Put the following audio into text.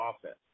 offense